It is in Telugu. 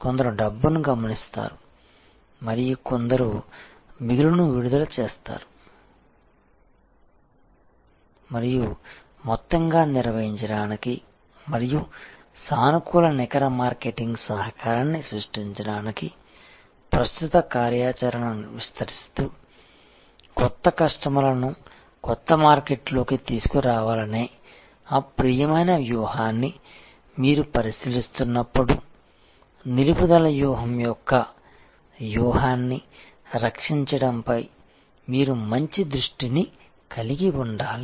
కొందరు డబ్బును గమనిస్తారు మరియు కొందరు మిగులును విడుదల చేస్తారు మరియు మొత్తంగా నిర్వహించడానికి మరియు సానుకూల నికర మార్కెటింగ్ సహకారాన్ని సృష్టించడానికి ప్రస్తుత కార్యాచరణను విస్తరిస్తూ కొత్త కస్టమర్లను కొత్త మార్కెట్లలోకి తీసుకురావాలనే అప్రియమైన వ్యూహాన్ని మీరు పరిశీలిస్తున్నప్పుడు నిలుపుదల వ్యూహం యొక్క వ్యూహాన్ని రక్షించడంపై మీరు మంచి దృష్టిని కలిగి ఉండాలి